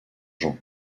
jean